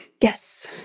Yes